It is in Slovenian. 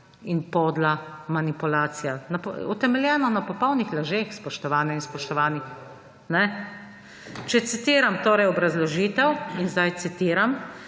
in podla manipulacija. Utemeljeno na popolnih lažeh, spoštovane in spoštovani. Če citiram torej obrazložitev in sedaj citiram: